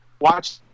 Watch